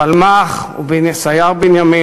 פלמח וסייר-בנימין,